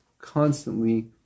constantly